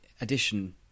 addition